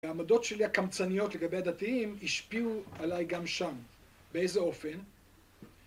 העמדות שלי הקמצניות לגבי הדתיים השפיעו עליי גם שם, באיזה אופן?